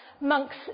monks